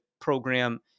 program